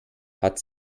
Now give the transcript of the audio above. hat